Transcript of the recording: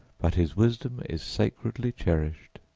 but his wisdom is sacredly cherished.